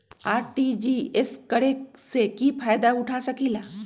RTGS करे से की फायदा उठा सकीला?